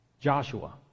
Joshua